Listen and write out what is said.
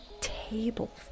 table